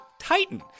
titan